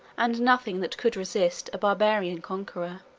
and nothing that could resist, a barbarian conqueror.